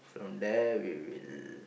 from there we will